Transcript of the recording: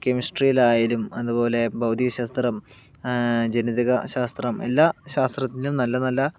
കെമിസ്ട്രിലായാലും അതുപോലെ ഭൗതിക ശാസ്ത്രം ജനിതക ശാസ്ത്രം എല്ലാ ശാസ്ത്രത്തിലും നല്ല നല്ല